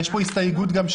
יש פה גם הסתייגות שלי.